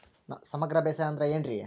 ಸಮಗ್ರ ಬೇಸಾಯ ಅಂದ್ರ ಏನ್ ರೇ?